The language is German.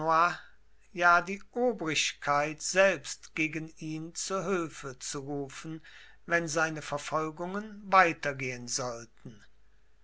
ja die obrigkeit selbst gegen ihn zu hülfe zu rufen wenn seine verfolgungen weitergehen sollten